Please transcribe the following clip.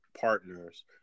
partners